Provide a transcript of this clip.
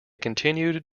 continued